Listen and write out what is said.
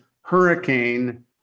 hurricane